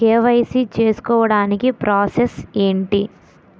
KYC చేసుకోవటానికి process ఏంటి?